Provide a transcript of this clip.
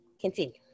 Continue